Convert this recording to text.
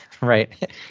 right